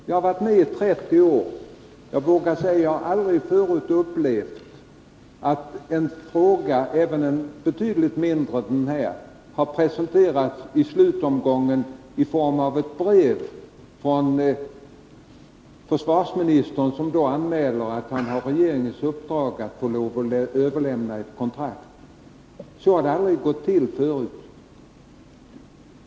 Jag har varit med i 30 år, och jag vågar säga att jag aldrig förr har upplevt att en fråga — det gäller även betydligt mindre frågor än denna — har presenterats i slutomgången i form av ett brev från försvarsministern, som anmäler att han har regeringens uppdrag att överlämna ett kontrakt. Så har det aldrig gått till förut.